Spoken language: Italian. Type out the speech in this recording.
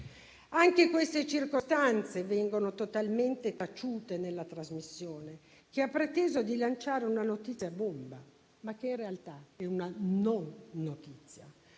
Anche queste circostanze vengono totalmente taciute nella trasmissione, che ha preteso di lanciare una notizia bomba, ma che in realtà è una non notizia.